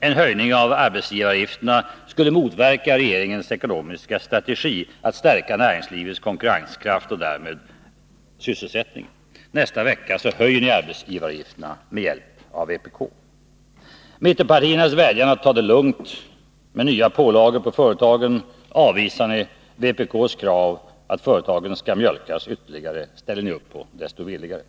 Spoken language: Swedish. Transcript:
en höjning av arbetsgivaravgifterna skulle motverka regeringens ekonomiska strategi att stärka näringslivets konkurrenskraft och därmed sysselsättningen. Nästa vecka höjer ni arbetsgivaravgifterna med hjälp av vpk. Mittenpartiernas vädjan om att ni skall ta det lugnt med nya pålagor på företagen avvisar ni. Vpk:s krav på att företagen skall mjölkas ytterligare ställer ni upp på desto villigare.